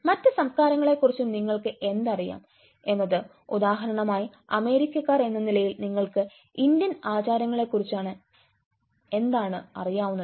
മറ്റ് സംസ്കാരങ്ങളെക്കുറിച്ച് നിങ്ങൾക്ക് എന്തറിയാം എന്നത് ഉദാഹരണമായി അമേരിക്കക്കാർ എന്ന നിലയിൽ നിങ്ങൾക്ക് ഇന്ത്യൻ ആചാരങ്ങളെക്കുറിച്ച് എന്താണ് അറിയാവുന്നത്